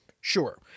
sure